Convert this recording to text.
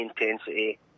intensity